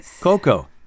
Coco